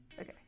Okay